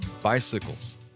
bicycles